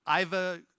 Iva